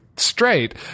straight